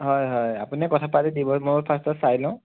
হয় হয় আপুনি কথা পাতি দিব মইও ফাৰ্ষ্টত চাই লওঁ